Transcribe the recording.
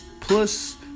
Plus